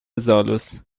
زالوست